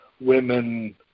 women